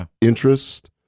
interest